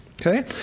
Okay